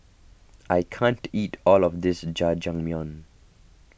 I can't eat all of this Jajangmyeon